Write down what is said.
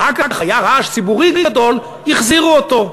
אחר כך היה רעש ציבורי גדול, החזירו אותו.